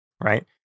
right